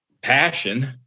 passion